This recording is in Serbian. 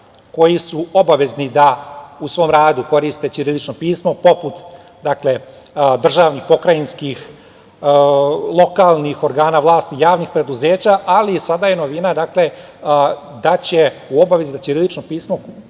koji su obavezni da u svom radu koriste ćirilično pismo, poput državnih, pokrajinskih, lokalnih organa vlasti, javnih preduzeća, ali sada je novina da će u obavezi biti da ćirilično pismo koriste